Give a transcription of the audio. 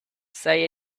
say